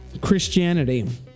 Christianity